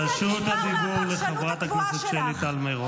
רשות הדיבור לחברת הכנסת שלי טל מירון.